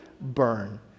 burn